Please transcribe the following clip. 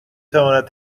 تواند